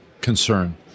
concern